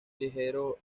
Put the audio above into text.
ligero